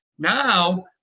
Now